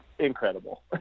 incredible